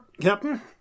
Captain